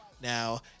now